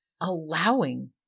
allowing